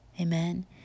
Amen